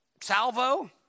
salvo